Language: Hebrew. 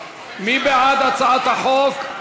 מי בעד הצעת החוק?